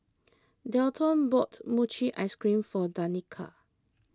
Dalton bought Mochi Ice Cream for Danika